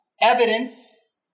evidence